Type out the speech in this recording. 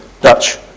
Dutch